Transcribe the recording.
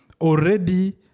already